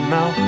Now